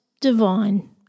divine